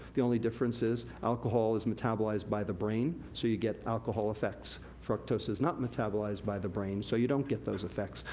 the only difference is alcohol is metabolized by the brain, so you get alcohol effects. fructose is not metabolized by the brain so you don't get those effects.